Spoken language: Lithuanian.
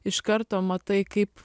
iš karto matai kaip